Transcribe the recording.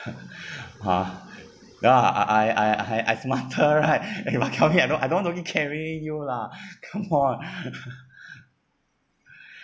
ha ya I I I I smarter right if I come here I don't I don't want to only carrying you lah come on